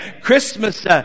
Christmas